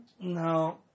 No